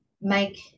make